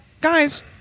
guys